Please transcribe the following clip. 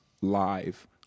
Live